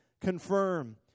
confirm